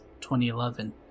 2011